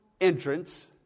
entrance